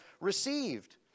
received